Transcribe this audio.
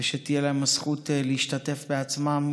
ושתהיה לנו זכות שישתתפו בעצמם